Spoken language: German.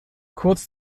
kurz